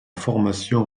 formation